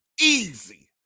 Easy